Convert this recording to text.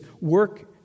work